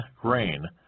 grain